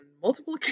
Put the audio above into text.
Multiple